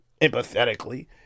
empathetically